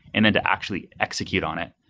and then to actually execute on it.